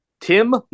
Tim